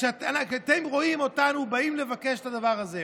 כשאתם רואים אותנו באים לבקש את הדבר הזה,